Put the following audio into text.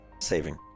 saving